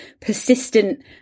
persistent